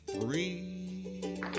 free